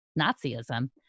Nazism